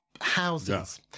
houses